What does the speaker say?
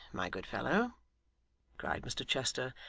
my good fellow cried mr chester,